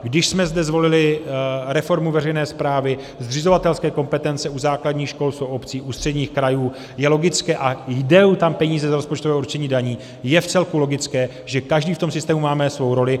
Když jsme zde zvolili reformu veřejné správy, zřizovatelské kompetence u základních škol jsou obcí, ústředních krajů, je logické, a jdou tam peníze z rozpočtového určení daní, je vcelku logické, že každý v tom systému máme svou roli.